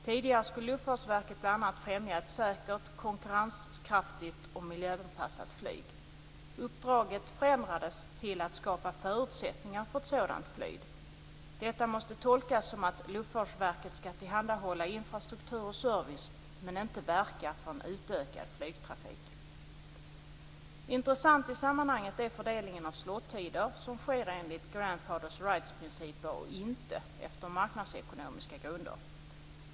Tidigare skulle Luftfartsverket bl.a. främja ett säkert, konkurrenskraftigt och miljöanpassat flyg. Uppdraget förändrades till att skapa förutsättningar för ett sådant flyg. Detta måste tolkas som att Luftfartsverket skall tillhandahålla infrastruktur och service men inte verka för en utökad flygtrafik. Intressant i sammanhanget är fördelningen av slottider, som sker enligt Grandfathers Rightsprinciper och inte på marknadsekonomiska grunder.